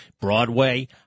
Broadway